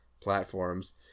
platforms